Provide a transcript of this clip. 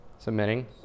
Submitting